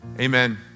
Amen